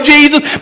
Jesus